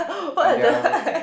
and they're